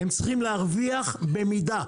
הם צריכים להרוויח במידה.